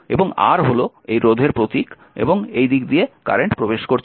এবং R হল এই রোধের প্রতীক এবং এই দিক দিয়ে কারেন্ট প্রবেশ করছে